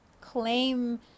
Claim